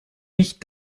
mich